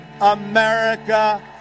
America